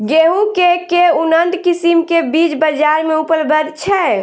गेंहूँ केँ के उन्नत किसिम केँ बीज बजार मे उपलब्ध छैय?